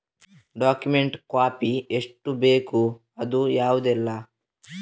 Document copy ಎಷ್ಟು ಬೇಕು ಅದು ಯಾವುದೆಲ್ಲ?